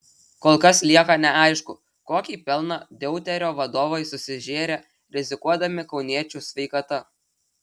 kol kas lieka neaišku kokį pelną deuterio vadovai susižėrė rizikuodami kauniečių sveikata